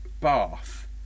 bath